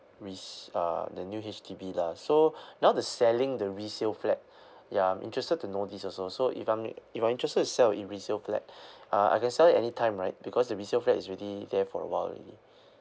res~ uh the new H_D_B lah so now the selling the resale flat ya I'm interested to know this also so if I'm if I'm interested to sell in resale flat uh I can sell it anytime right because the resale flat is already there for a while already